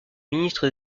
ministre